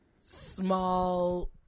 small